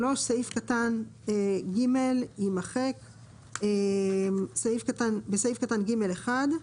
סעיף קטן (ג) בטל, בסעיף קטן (ג1),